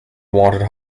wanted